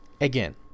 again